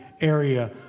area